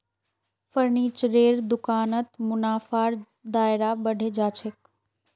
फर्नीचरेर दुकानत मुनाफार दायरा बढ़े जा छेक